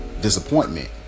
disappointment